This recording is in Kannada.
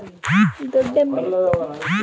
ಡೊಣ್ಣ ಮೆಣಸಿನ ಕಾಯಿಗ ಹುಳ ಹತ್ತ ಬಾರದು ಅಂದರ ಏನ ಮಾಡಬೇಕು?